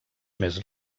més